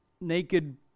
naked